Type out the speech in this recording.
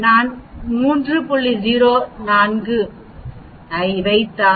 043 ஐ வைத்தால்